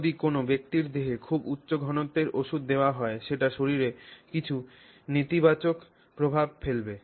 যদি কোনও ব্যক্তির দেহে খুব উচ্চ ঘনত্বের ওষুধ দেওয়া হয় সেটা শরীরে কিছু নেতিবাচক প্রভাব ফেলবে